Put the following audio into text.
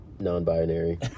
Non-binary